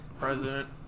President